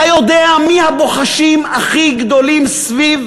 אתה יודע מי הבוחשים הכי גדולים סביב